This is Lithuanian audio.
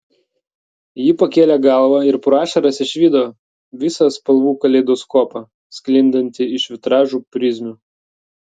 ji pakėlė galvą ir pro ašaras išvydo visą spalvų kaleidoskopą sklindantį iš vitražų prizmių